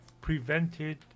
prevented